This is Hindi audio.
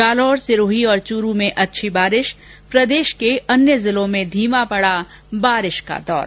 जालोर सिरोही और चूरू में अच्छी बारिश प्रदेश में अन्य जिलों में धीमा पड़ा बारिश का दौर